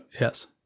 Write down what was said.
Yes